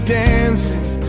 dancing